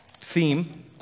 theme